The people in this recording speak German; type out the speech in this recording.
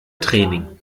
training